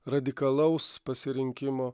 radikalaus pasirinkimo